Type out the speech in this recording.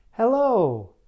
Hello